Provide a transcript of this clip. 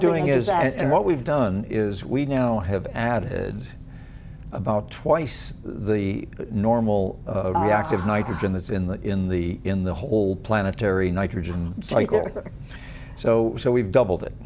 doing is as and what we've done is we now have added about twice the normal active nitrogen that's in the in the in the whole planetary nitrogen cycle so we've